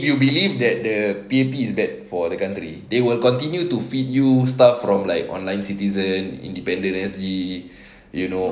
you believe that the P_A_P is bad for the country they will continue to feed you stuff from like online citizen independent S_G you know